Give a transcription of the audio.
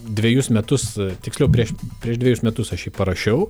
dvejus metus tiksliau prieš prieš dvejus metus aš jį parašiau